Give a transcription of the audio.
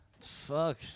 Fuck